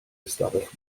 ystafell